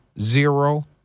zero